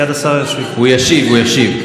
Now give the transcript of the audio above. הוא ישיב, הוא ישיב.